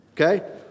okay